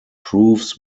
proofs